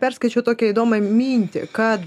perskaičiau tokią įdomią mintį kad